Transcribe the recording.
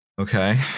okay